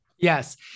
Yes